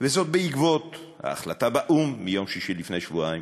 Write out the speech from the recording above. וזאת בעקבות ההחלטה באו"ם מיום שישי לפני שבועיים,